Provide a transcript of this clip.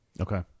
Okay